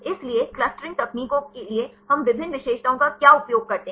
इसलिए क्लस्टरिंग तकनीकों के लिए हम विभिन्न विशेषताओं का क्या उपयोग करते हैं